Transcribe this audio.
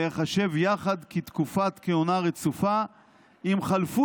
להיחשב יחד לתקופת כהונה רצופה אם חלפו